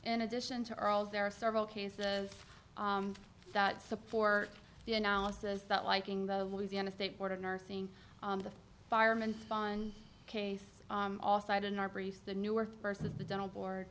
in addition to earl there are several cases that support the analysis that liking the louisiana state board of nursing the fireman fun case all side in our briefs the newark versus the dental board